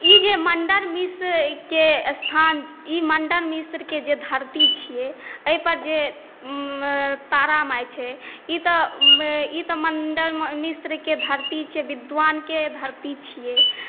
ई जे मण्डन मिश्रके स्थान ई मण्डन मिश्रके जे धरती छियै एहि पर जे तारा माय छै ई तऽ मण्डन मिश्रके धरती छियै विद्वानके धरती छियै